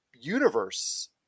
universe